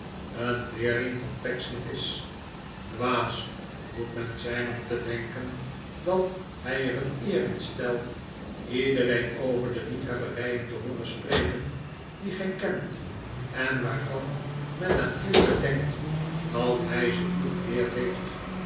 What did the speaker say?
een leerling van pecksniff is dwaas moet men zijn om te denken dat hij er een eer in stelt iedereen over die liefhebberijen te hooren spreken die gij kent en waarvan men natuurlijk denkt dat hij ze u geleerd heeft